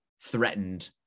threatened